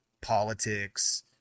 politics